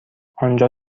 آنجا